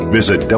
Visit